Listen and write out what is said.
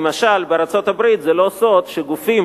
למשל זה לא סוד שבארצות-הברית גופים